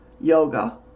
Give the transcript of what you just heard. Yoga